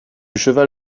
cheval